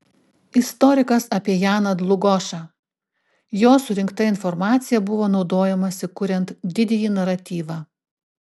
istorikas apie janą dlugošą jo surinkta informacija buvo naudojamasi kuriant didįjį naratyvą